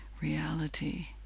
reality